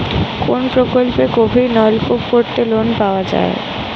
কোন প্রকল্পে গভির নলকুপ করতে লোন পাওয়া য়ায়?